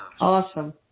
Awesome